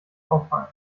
auffallen